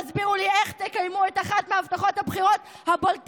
תסבירו לי איך תקיימו את אחת מהבטחות הבחירות הבולטות